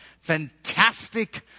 fantastic